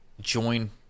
join